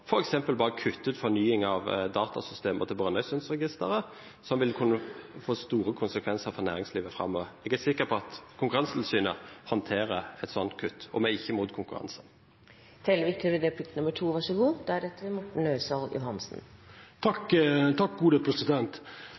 f.eks. bare kutter ut fornying av datasystemene til Brønnøysundregisteret – som vil kunne få store konsekvenser for næringslivet framover. Jeg er sikker på at Konkurransetilsynet håndterer et sånt kutt, og vi er ikke imot konkurranse. Det er mykje her som du tek til orde for, som ikkje har så veldig mykje med effektiv konkurranse og god